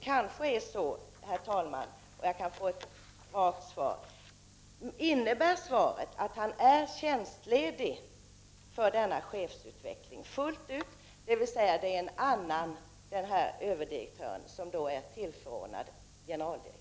Jag 59 vill ha ett rakt svar: Innebär svaret att generaldirektören är tjänstledig fullt ut för denna chefsutveckling och att överdirektören är tillförordnad generaldirektör?